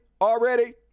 already